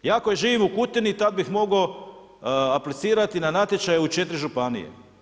Ja koji živim u Kutini, tada bih mogao aplicirati na natječaj u 4 županije.